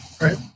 right